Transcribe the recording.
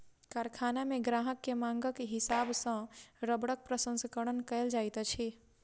कारखाना मे ग्राहक के मांगक हिसाब सॅ रबड़क प्रसंस्करण कयल जाइत अछि